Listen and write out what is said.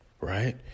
Right